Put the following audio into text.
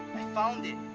found it.